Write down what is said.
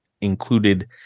included